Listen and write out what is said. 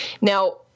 Now